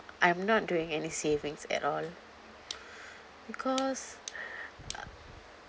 I'm not doing any savings at all because